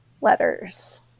letters